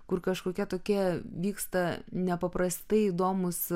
kur kažkokie tokie vyksta nepaprastai įdomūs